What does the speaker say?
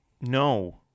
No